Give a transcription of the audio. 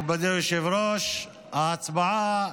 מכובדי היושב-ראש, ההצבעה